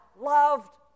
loved